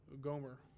Gomer